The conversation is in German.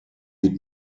wird